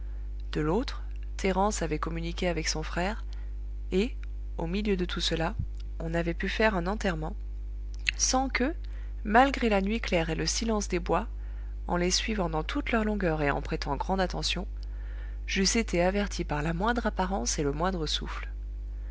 de l'autre thérence avait communiqué avec son frère et au milieu de tout cela on avait pu faire un enterrement sans que malgré la nuit claire et le silence des bois en les suivant dans toute leur longueur et en prêtant grande attention j'eusse été averti par la moindre apparence et le moindre souffle